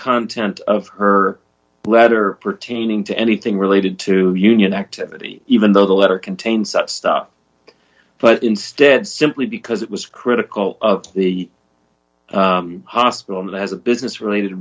content of her letter pertaining to anything related to union activity even though the letter contained such stuff but instead simply because it was critical of the hospital and has a business related